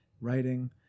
writing